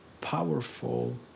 powerful